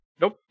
Nope